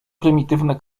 prymitywne